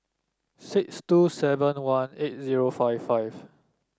six two seven one eight zero five five